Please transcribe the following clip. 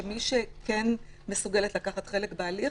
שמי שכן מסוגלת לקחת חלק בהליך,